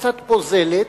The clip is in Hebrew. קצת פוזלת,